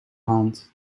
hand